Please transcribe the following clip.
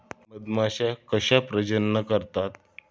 मधमाश्या कशा प्रजनन करतात?